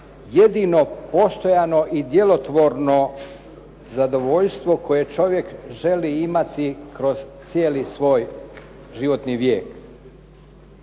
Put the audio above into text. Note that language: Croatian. jedino postojano i djelotvorno zadovoljstvo koje čovjek želi imati kroz cijeli svoj životni vijek.